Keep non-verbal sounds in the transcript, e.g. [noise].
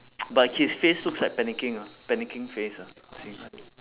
[noise] but his face looks like panicking ah panicking face ah